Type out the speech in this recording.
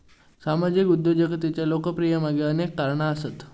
सामाजिक उद्योजकतेच्या लोकप्रियतेमागे अनेक कारणा आसत